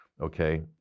okay